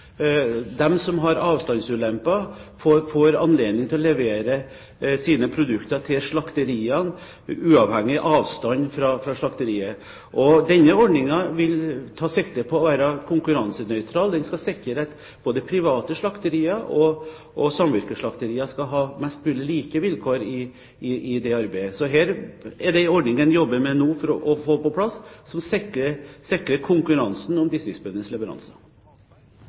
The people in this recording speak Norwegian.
som har avstandsulempen, får anledning til å levere sine produkter til slakteriene, uavhengig av avstanden fra slakteriet. Denne ordningen vil ta sikte på å være konkurransenøytral. Den skal sikre at både private slakterier og samvirkeslakterier skal ha mest mulig like vilkår i det arbeidet. Her er det en ordning som man nå jobber med for å få på plass, som sikrer konkurransen om distriktsbøndenes leveranse.